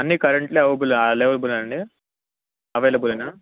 అన్ని currently available available అండి అవైలబులేనా